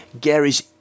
Gary's